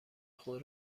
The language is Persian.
خود